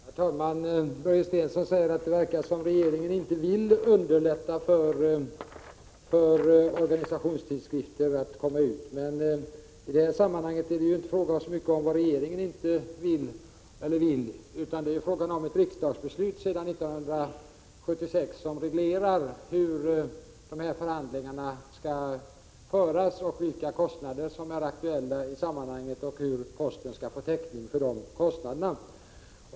Herr talman! Börje Stensson säger att det verkar som om regeringen inte vill underlätta för organisationstidskrifter att komma ut. I detta sammanhang är det inte så mycket fråga om vad regeringen vill eller inte vill utan det är ett riksdagsbeslut sedan 1976 som reglerar hur förhandlingarna skall föras och vilka kostnader som är aktuella i sammanhanget samt hur posten skall få täckning för dessa kostnader.